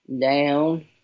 down